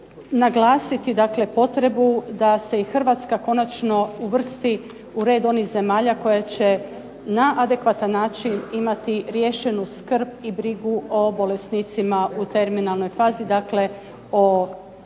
naglasiti dakle potrebu da se i Hrvatska konačno uvrsti u red onih zemalja koja će na adekvatan način imati riješenu skrb i brigu o bolesnicima u terminalnoj fazi, dakle o onim